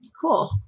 cool